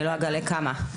אני לא אגלה כמה.